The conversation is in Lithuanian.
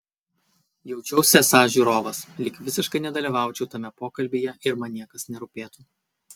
jaučiausi esąs žiūrovas lyg visiškai nedalyvaučiau tame pokalbyje ir man niekas nerūpėtų